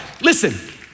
listen